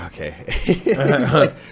Okay